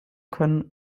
können